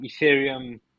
Ethereum